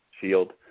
Shield